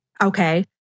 Okay